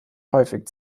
häufig